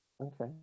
Okay